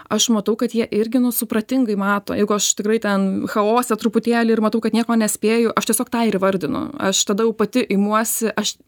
aš matau kad jie irgi nu supratingai mato jeigu aš tikrai ten chaose truputėlį ir matau kad nieko nespėju aš tiesiog tai ir įvardinu aš tada jau pati imuosi aš